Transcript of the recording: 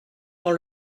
dans